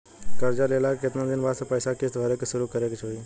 कर्जा लेला के केतना दिन बाद से पैसा किश्त भरे के शुरू करे के होई?